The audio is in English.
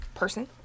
person